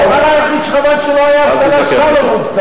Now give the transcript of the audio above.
והיא התמודדה אתה.